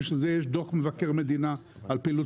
בשביל זה יש דוח מבקר מדינה על פעילות